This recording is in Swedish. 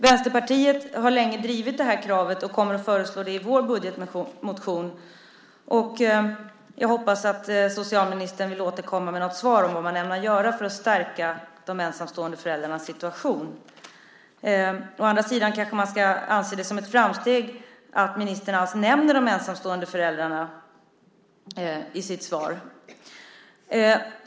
Vänsterpartiet har länge drivit det kravet. Vi kommer att föreslå det i vår budgetmotion. Jag hoppas att socialministern vill återkomma med något svar om vad han ämnar göra för att stärka de ensamstående föräldrarnas situation. Å andra sidan kanske man ska anse det som ett framsteg att ministern alls nämner de ensamstående föräldrarna i sitt svar.